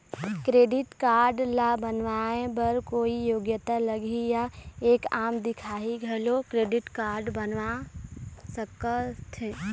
Credit card ला बनवाए बर कोई योग्यता लगही या एक आम दिखाही घलो क्रेडिट कारड बनवा सका थे?